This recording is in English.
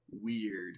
weird